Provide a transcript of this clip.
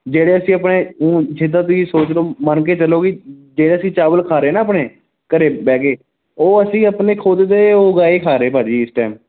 ਜਿਹੜੇ ਅਸੀਂ ਆਪਣੇ ਉਂ ਜਿੱਦਾਂ ਤੁਸੀਂ ਸੋਚ ਲਉ ਮੰਨ ਕੇ ਚੱਲੋ ਵੀ ਜਿਹੜੇ ਅਸੀਂ ਚਾਵਲ ਖਾ ਰਹੇ ਨਾ ਆਪਣੇ ਘਰ ਬਹਿ ਕੇ ਉਹ ਅਸੀਂ ਆਪਣੇ ਖੁਦ ਦੇ ਉਗਾਏ ਖਾ ਰਹੇ ਭਾਅ ਜੀ ਇਸ ਟਾਈਮ